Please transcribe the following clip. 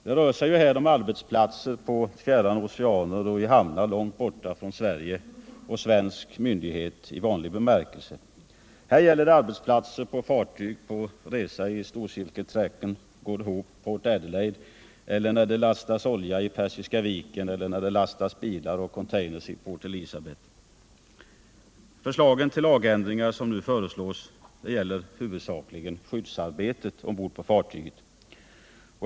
Det rör sig ju här om arbetsplatser på fjärran oceaner och i hamnar långt borta från Sverige och svensk myndighet i vanlig bemärkelse. Här gäller det arbetsplatser på fartyg på resa i storcirkelstrackern Good Hope-port Adelaide eller när det lastas olja i Persiska viken eller bilar och containers i Port Alisabeth. Det förslag till lagändringar som nu framläggs gäller huvudsakligen skyddsarbetet ombord på fartygen.